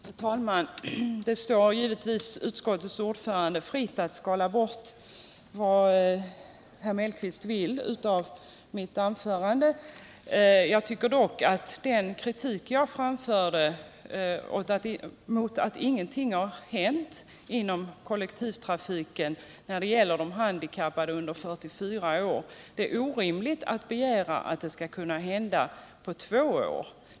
Herr talman! Det står givetvis utskottets ordförande fritt att skala bort vad han vill av mitt anförande. Jag tycker dock att den kritik är berättigad som jag framförde mot att det under 44 år inte har gjorts någonting inom kollektivtrafiken när det gäller de handikappade. Det är orimligt att begära att det skall kunna hända någonting på två år.